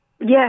Yes